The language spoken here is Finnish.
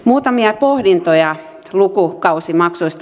muutamia pohdintoja lukukausimaksuista